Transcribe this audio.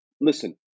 listen